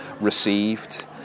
received